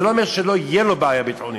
זה לא אומר שלא תהיה לו בעיה ביטחונית,